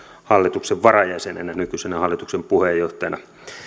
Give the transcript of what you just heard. hallituksen varajäsenenä nykyisenä hallituksen puheenjohtajana